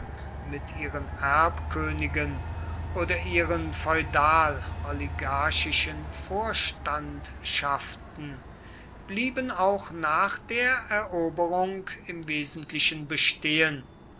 mit ihren erbkönigen oder ihren feudal oligarchischen vorstandschaften blieben auch nach der eroberung im wesentlichen bestehen